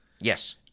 Yes